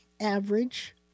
average